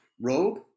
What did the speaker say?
Robe